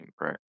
Right